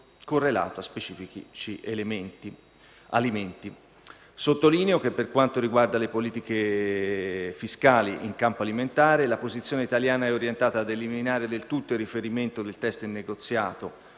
correlato a specifici alimenti. Sottolineo che per quanto riguarda le politiche fiscali in campo alimentare, la posizione italiana è orientata ad eliminare del tutto il riferimento nel testo del negoziato,